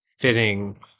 fitting